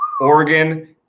Oregon